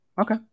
Okay